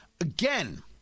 Again